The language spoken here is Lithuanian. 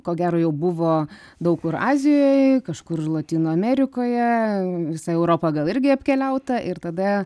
ko gero jau buvo daug kur azijoje kažkur lotynų amerikoje visa europa gal irgi apkeliauta ir tada